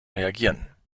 reagieren